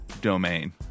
domain